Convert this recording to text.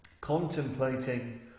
Contemplating